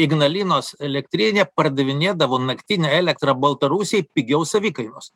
ignalinos elektrinė pardavinėdavo naktinę elektrą baltarusijai pigiau savikainos